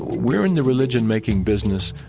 we're in the religion-making business,